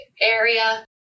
area